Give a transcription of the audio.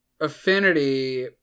affinity